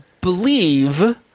believe